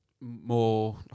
more